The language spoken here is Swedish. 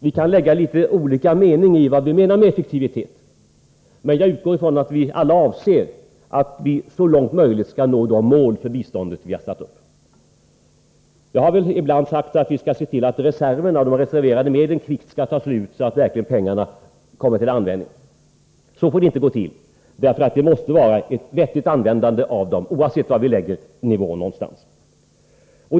Vi kan lägga litet olika mening i ordet ”effektivitet”, men jag utgår från att vi alla anser att vi så långt det är möjligt skall nå de mål för biståndet som vi satt upp. Det har ibland sagts att vi skall se till att de reserverade medlen kvickt skall ta slut, så att pengarna kommer till användning. Så får det inte gå till, eftersom användningen måste vara vettig, oavsett var nivån ligger.